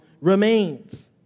remains